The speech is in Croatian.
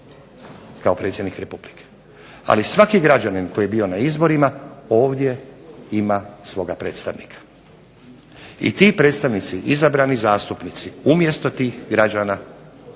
kao predsjednik Republike, ali svaki građanin koji je bio na izborima ovdje ima svoga predstavnika. I ti predstavnici izabrani zastupnici umjesto tih građana